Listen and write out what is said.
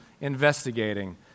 investigating